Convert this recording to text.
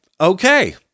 okay